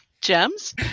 Gems